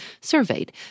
surveyed